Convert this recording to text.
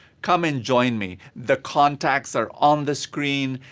come and join me. the contacts are on the screen.